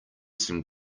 some